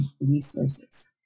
resources